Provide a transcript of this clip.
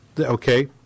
okay